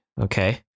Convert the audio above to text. Okay